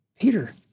Peter